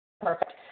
Perfect